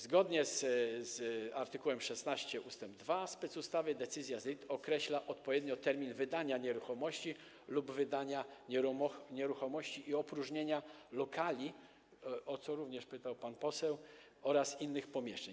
Zgodnie z art. 16 ust. 2 specustawy decyzja ZRID określa odpowiednio termin wydania nieruchomości lub wydania nieruchomości i opróżnienia lokali, o co również pytał pan poseł, oraz innych pomieszczeń.